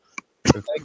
Thank